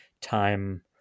time